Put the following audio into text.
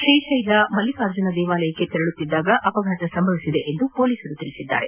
ಶ್ರೀಕೈಲ್ಕದ ಮಲ್ಲಿಕಾರ್ಜುನ ದೇವಾಲಯಕ್ಕೆ ತೆರಳುತ್ತಿದ್ದಾಗ ಅಪಘಾತ ಸಂಭವಿಸಿದೆ ಎಂದು ಪೊಲೀಸರು ತಿಳಿಸಿದ್ದಾರೆ